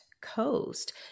coast